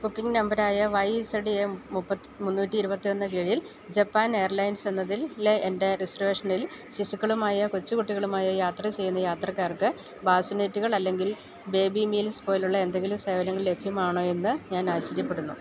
booking നമ്പറായ Y Z M മുന്നൂറ്റി ഇരുപത്തിയൊന്നിന് കീഴിൽ ജപ്പാൻ എയർലൈൻസ് എന്നതിലെ എൻ്റെ റിസർവേഷനിൽ ശിശുക്കളുമായോ കൊച്ചുകുട്ടികളുമായോ യാത്ര ചെയ്യുന്ന യാത്രക്കാർക്ക് ബാസിനെറ്റുകള് അല്ലെങ്കിൽ ബേബി മീൽസ് പോലെയുള്ള എന്തെങ്കിലും സേവനങ്ങൾ ലഭ്യമാണോയെന്ന് ഞാൻ ആശ്ചര്യപ്പെടുന്നു